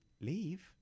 Leave